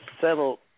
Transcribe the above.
settle